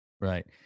Right